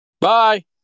Bye